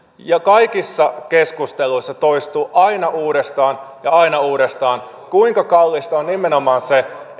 kaikissa keskusteluissa toistuu aina uudestaan ja aina uudestaan kuinka kallista on nimenomaan se